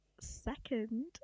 second